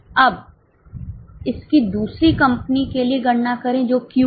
अब इसकी दूसरी कंपनी के लिए गणना करें जो Q है